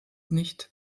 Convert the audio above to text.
nicht